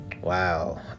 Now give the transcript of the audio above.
Wow